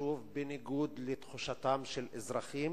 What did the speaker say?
בניגוד לתחושתם של האזרחים,